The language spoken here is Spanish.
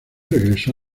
regresó